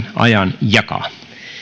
ajan jakaa